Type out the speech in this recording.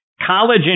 college